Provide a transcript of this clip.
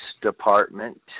department